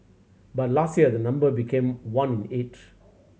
but last year the number became one in eight